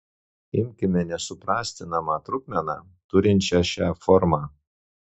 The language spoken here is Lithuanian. imkime nesuprastinamą trupmeną turinčią šią formą